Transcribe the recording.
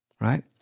right